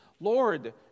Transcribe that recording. Lord